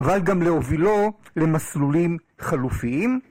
אבל גם להובילו למסלולים חלופיים.